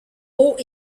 haut